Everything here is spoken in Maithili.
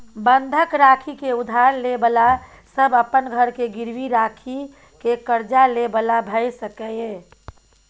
बंधक राखि के उधार ले बला सब अपन घर के गिरवी राखि के कर्जा ले बला भेय सकेए